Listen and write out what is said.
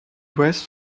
dress